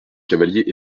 cavalier